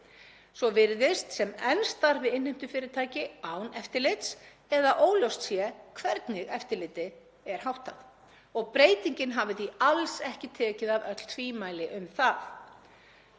Svo virðist sem enn starfi innheimtufyrirtæki án eftirlits eða óljóst sé hvernig eftirliti er háttað og breytingin hafi því alls ekki tekið af öll tvímæli um það.